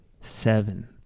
seven